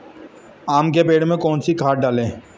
आम के पेड़ में कौन सी खाद डालें?